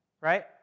Right